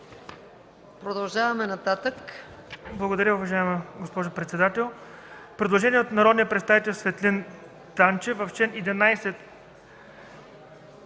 продължава нататък”.